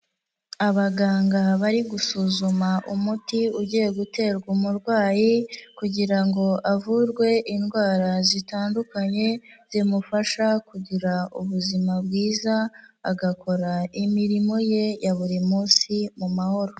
Abaganga bari gusuzuma umuti ugiye guterwa umurwayi kugira ngo avurwe indwara zitandukanye, zimufasha kugira ubuzima bwiza, agakora imirimo ye ya buri munsi mu mahoro.